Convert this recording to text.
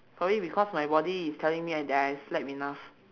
probably because my body is telling me I that I slept enough